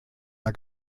der